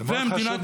זה מאוד חשוב,